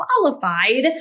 qualified